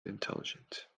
intelligent